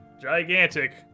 gigantic